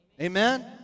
Amen